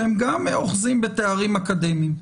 שהם גם אוחזים בתארים אקדמיים.